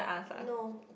no